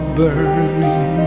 burning